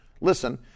Listen